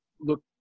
look